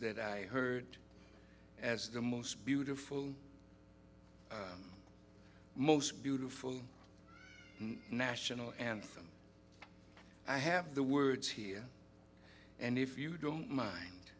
that i heard as the most beautiful most beautiful national anthem i have the words here and if you don't mind